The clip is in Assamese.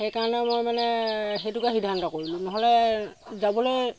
সেইকাৰণে মই মানে সেইটোকে সিদ্ধান্ত কৰিলোঁ নহ'লে যাবলৈ